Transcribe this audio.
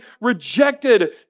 rejected